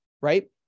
Right